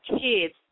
kids